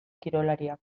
kirolariak